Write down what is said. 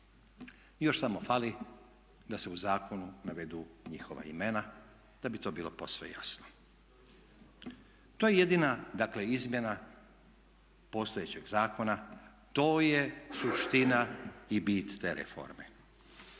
još samo fali da se u zakonu navedu njihova imena da bi to bilo posve jasno. To je jedina dakle izmjena postojećeg zakona, to je suština i bit te reforme.